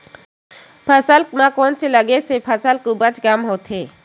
फसल म कोन से लगे से फसल उपज कम होथे?